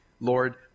Lord